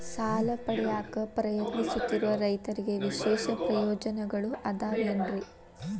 ಸಾಲ ಪಡೆಯಾಕ್ ಪ್ರಯತ್ನಿಸುತ್ತಿರುವ ರೈತರಿಗೆ ವಿಶೇಷ ಪ್ರಯೋಜನಗಳು ಅದಾವೇನ್ರಿ?